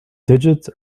digits